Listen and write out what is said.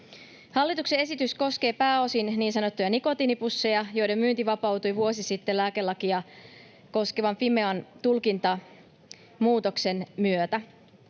Hallituksen esitys koskee pääosin niin sanottuja nikotiinipusseja, joiden myynti vapautui vuosi sitten lääkelakia koskevan Fimean tulkintamuutoksen myötä.